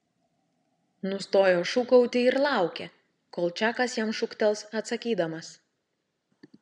nustojo šūkauti ir laukė kol čakas jam šūktels atsakydamas